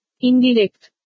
Indirect